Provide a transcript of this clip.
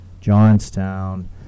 Johnstown